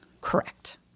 correct